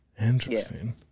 Interesting